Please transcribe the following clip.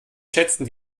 schätzten